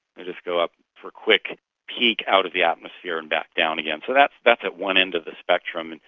they just go up for a quick peek out of the atmosphere and back down again. so that's that's at one end of the spectrum. and